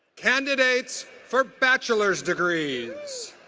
candidates for bachelor's degrees